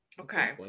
Okay